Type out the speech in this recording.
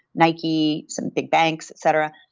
nike, some big banks, etc,